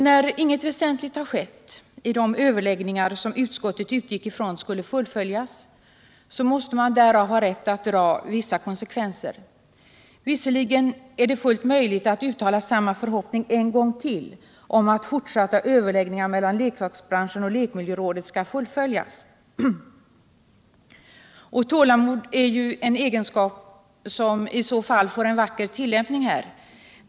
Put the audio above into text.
När inget väsentligt har skett i de överläggningar som utskottet utgick ifrån skulle fullföljas, måste man därav ha rätt att dra vissa konsekvenser. Visserligen är det fullt möjligt att en gång till uttala förhoppningen att överläggningarna mellan leksaksbranschen och lekmiljörådet skall fullföljas. Tålamod är ju en egenskap som i så fall får en vacker tillämpning här.